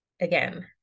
Again